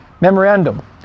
Memorandum